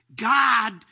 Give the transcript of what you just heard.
God